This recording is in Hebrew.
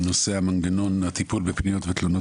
הנושא הוא מנגנון הטיפול בפניות ותלונות